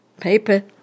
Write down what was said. paper